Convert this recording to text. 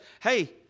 hey